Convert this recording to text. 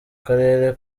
karere